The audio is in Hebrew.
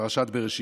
בפרשת בראשית.